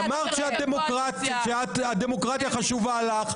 אמרת שהדמוקרטיה חשובה לך.